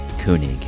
Koenig